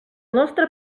nostre